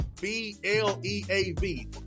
B-L-E-A-V